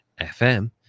FM